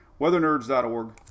WeatherNerds.org